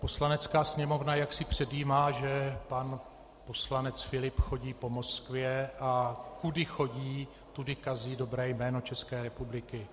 Poslanecká sněmovna jaksi předjímá, že pan poslanec Filip chodí po Moskvě, a kudy chodí, tudy kazí dobré jméno České republiky.